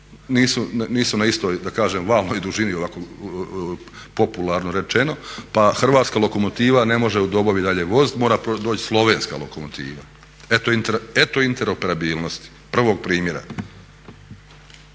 nisu na istoj da kažem valnoj dužini ovako popularno rečeno, pa hrvatska lokomotiva ne može u Dobovi dalje voziti, mora doći slovenska lokomotiva. Eto interoperabilnosti prvog primjera.